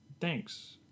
thanks